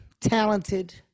talented